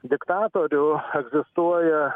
diktatorių egzistuoja